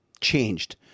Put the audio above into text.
changed